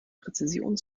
präzision